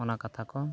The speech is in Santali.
ᱚᱱᱟ ᱠᱟᱛᱷᱟ ᱠᱚ